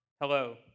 Hello